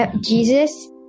Jesus